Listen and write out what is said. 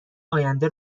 آینده